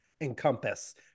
encompass